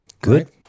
Good